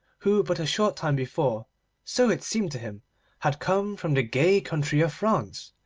who but a short time before so it seemed to him had come from the gay country of france,